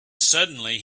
suddenly